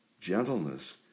gentleness